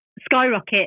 skyrocket